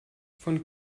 von